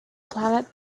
planet